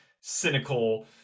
cynical